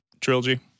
trilogy